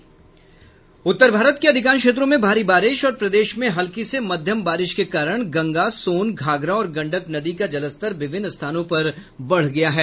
उत्तर भारत के अधिकांश क्षेत्रों में भारी बारिश और प्रदेश में हल्की से मध्यम बारिश के कारण गंगा सोन घाघरा और गंडक नदी का जलस्तर विभिन्न स्थानों पर बढ़ गया है